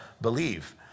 believe